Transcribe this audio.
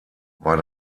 war